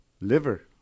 liver